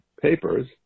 papers